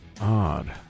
odd